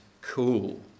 cool